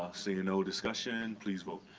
ah seeing no discussion, please vote.